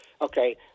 okay